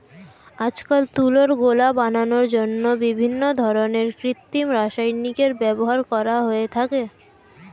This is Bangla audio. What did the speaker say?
আজকাল তুলোর গোলা বানানোর জন্য বিভিন্ন ধরনের কৃত্রিম রাসায়নিকের ব্যবহার করা হয়ে থাকে